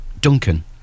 duncan